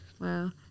Wow